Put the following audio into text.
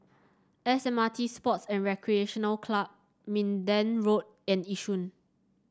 S M R T Sports and Recreation Club Minden Road and Yishun